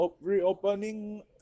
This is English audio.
reopening